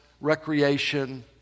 recreation